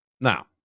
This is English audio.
now